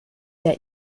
der